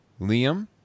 Liam